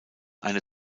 eine